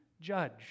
judge